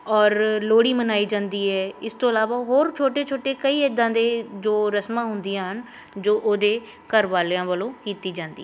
ਔਰ ਲੋਹੜੀ ਮਨਾਈ ਜਾਂਦੀ ਹੈ ਇਸ ਤੋਂ ਇਲਾਵਾ ਹੋਰ ਛੋਟੇ ਛੋਟੇ ਕਈ ਇੱਦਾਂ ਦੇ ਜੋ ਰਸਮਾਂ ਹੁੰਦੀਆਂ ਹਨ ਜੋ ਉਹਦੇ ਘਰ ਵਾਲਿਆਂ ਵੱਲੋਂ ਕੀਤੀ ਜਾਂਦੀ ਹੈ